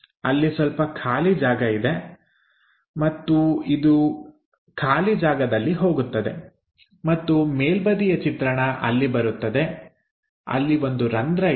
ಅಲ್ಲಿ ಸ್ವಲ್ಪ ಖಾಲಿ ಜಾಗವಿದೆ ಮತ್ತು ಇದು ಖಾಲಿ ಜಾಗದಲ್ಲಿ ಹೋಗುತ್ತದೆ ಮತ್ತು ಮೇಲ್ಬದಿಯ ಚಿತ್ರಣ ಅಲ್ಲಿ ಬರುತ್ತದೆ ಅಲ್ಲಿ ಒಂದು ರಂಧ್ರ ಇದೆ